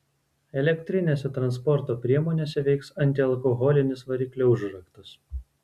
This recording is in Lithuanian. elektrinėse transporto priemonėse veiks antialkoholinis variklio užraktas